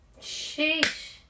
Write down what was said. Sheesh